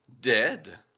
dead